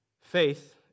Faith